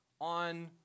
on